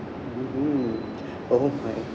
mmhmm oh my